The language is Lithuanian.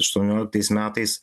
aštuonioliktais metais